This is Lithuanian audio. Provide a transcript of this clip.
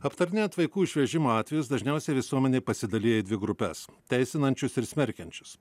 aptarinėjant vaikų išvežimo atvejus dažniausiai visuomenė pasidalija į dvi grupes teisinančius ir smerkiančius